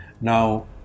Now